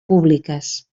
públiques